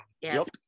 yes